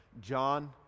John